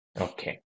Okay